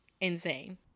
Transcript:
insane